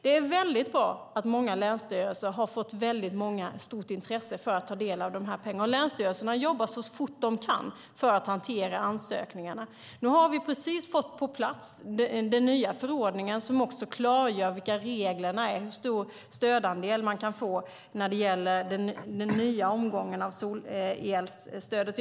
Det är väldigt bra att många länsstyrelser har fått ett stort intresse för att ta del av dessa pengar. Länsstyrelserna jobbar så fort de kan för att hantera ansökningarna. Nu har vi precis fått på plats den nya förordningen som klargör vilka reglerna är och hur stor stödandel man kan få när det gäller den nya omgången av solelsstödet.